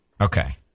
Okay